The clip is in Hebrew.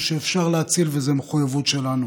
מותה נקבע אתמול.